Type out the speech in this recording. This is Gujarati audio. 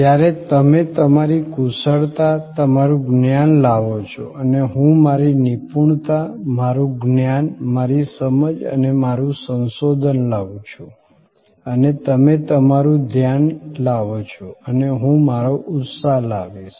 જ્યારે તમે તમારી કુશળતા તમારું જ્ઞાન લાવો છો અને હું મારી નિપુણતા મારું જ્ઞાન મારી સમજ અને મારું સંશોધન લાવું છું અને તમે તમારું ધ્યાન લાવો છો અને હું મારો ઉત્સાહ લાવીશ